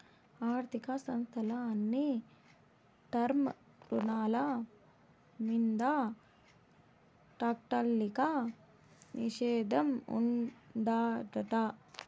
ఆర్థిక సంస్థల అన్ని టర్మ్ రుణాల మింద తాత్కాలిక నిషేధం ఉండాదట